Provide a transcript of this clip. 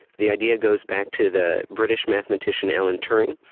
the idea goes back to the british mathematician, alan turing,